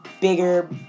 bigger